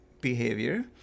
behavior